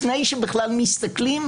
לפני שבכלל מסתכלים,